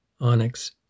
onyx